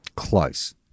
Close